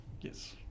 Yes